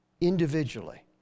individually